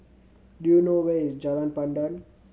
do you know where is Jalan Pandan